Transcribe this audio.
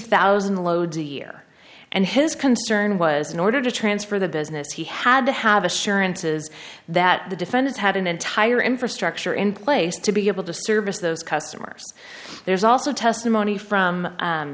thousand loads a year and his concern was in order to transfer the business he had to have assurances that the defendant had an entire infrastructure in place to be able to service those customers there's also testimony from